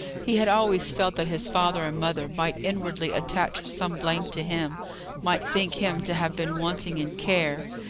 he had always felt that his father and mother might inwardly attach some blame to him might think him to have been wanting in care.